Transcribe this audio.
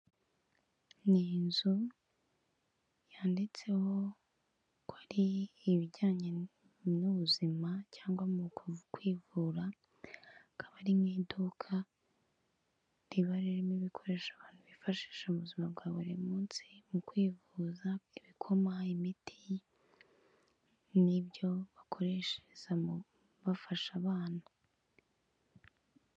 Ni inzu yanditseho ko ari ibijyanye n'ubuzima cyangwa amoko mu kwivura, akaba ari n'iduka riba ririmo ibikoresho abantu bifashisha mu ubuzima bwa buri munsi mu kwivuza, ibikoma, imiti n'ibyo bakoresherezamo bafasha abana.